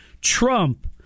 Trump